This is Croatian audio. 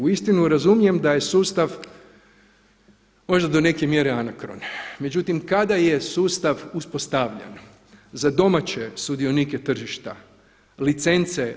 Uistinu razumijem da je sustav možda do neke mjere anakron međutim kada je sustav uspostavljen za domaće sudionike tržišta, licence.